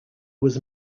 was